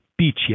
pichia